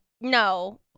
No